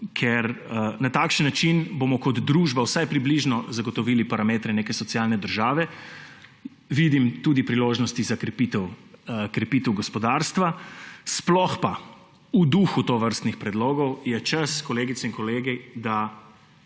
ker na takšen način bomo kot družba vsaj približno zagotovili parametre neke socialne države. Vidim tudi priložnosti za krepitev gospodarstva. Sploh pa v duhu tovrstnih predlogov je čas, kolegice in kolegi, da